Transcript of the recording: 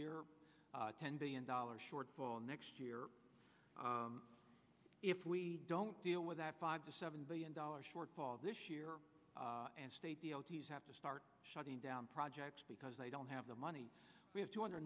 year ten billion dollars shortfall next year if we don't deal with that five to seven billion dollars shortfall this year and states have to start shutting down projects because they don't have the money we have two hundred